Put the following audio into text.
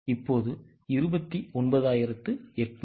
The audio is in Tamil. இப்போது 29800